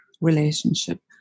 relationship